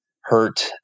hurt